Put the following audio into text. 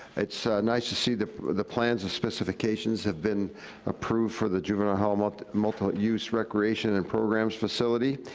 it's nice to see the the plans and specifications have been approved for the juvenile um ah multiple use recreation and programs facility.